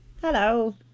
Hello